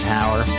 Tower